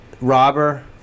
robber